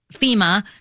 FEMA